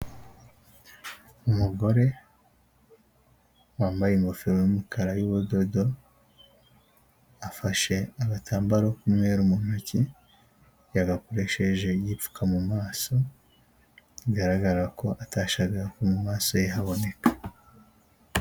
Umugore wambaye ingofero y'umukara y'ubudodo; afashe agatambaro k'umweru mu ntoki; yagakoresheje yipfuka mu maso; bigaragara ko atashakaga ko mu maso ye haboneka.